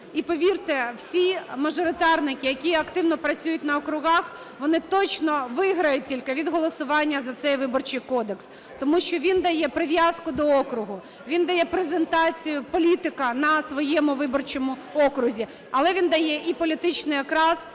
І повірте, всі мажоритарники, які активно працюють на округах, вони точно виграють тільки від голосування за цей Виборчий кодекс. Тому що він дає прив'язку до округу, він дає презентацію політика на своєму виборчому окрузі, але він дає і політичний окрас,